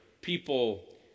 people